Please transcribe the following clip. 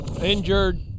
Injured